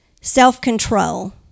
self-control